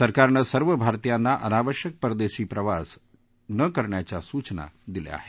सरकारनं सर्व भारतीयांना अनावश्यक परदेशी प्रवास न करण्याच्या सूचना दिल्या आहेत